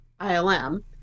ILM